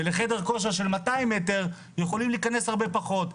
ולחדר כושר של 200 מטר יכולים להיכנס הרבה פחות,